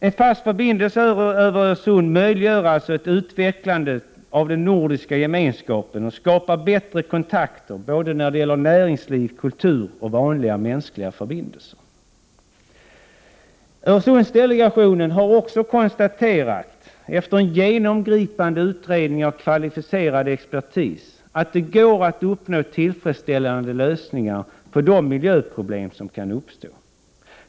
En fast förbindelse över Öresund möjliggör således ett utvecklande av den nordiska gemenskapen och skapar bättre kontakter både i fråga om näringsliv, kultur och vanliga mänskliga förbindelser. Öresundsdelegationen har också efter en genomgripande utredning av kvalificerad expertis konstaterat att det går att uppnå tillfredsställande lösningar på de miljöproblem som kan uppstå.